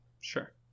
Sure